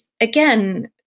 again